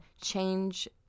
change